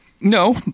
no